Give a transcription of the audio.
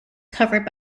covered